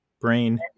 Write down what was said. brain